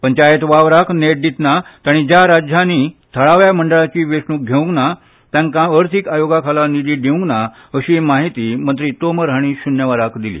पंचायत वावराक नेट दितना तांणी ज्या राज्यांनी थळाव्या मंडळांची वेंचणूक घेवंक ना तांकां अर्थीक आयोगा खाला निधी दिवंक ना अशीय माहिती मंत्री तोमर हांणी शुन्य वराक दिली